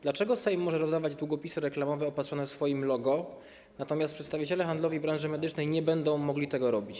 Dlaczego Sejm może rozdawać długopisy reklamowe opatrzone swoim logo, natomiast przedstawiciele handlowi branży medycznej nie będą mogli tego robić?